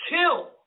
Kill